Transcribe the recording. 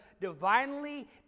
divinely